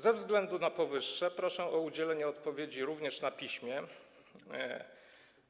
Ze względu na powyższe proszę o udzielenie odpowiedzi również na piśmie na